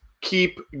keep